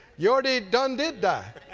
you already done did die.